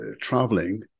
traveling